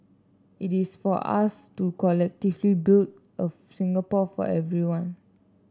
it is for us to collectively build a Singapore for everyone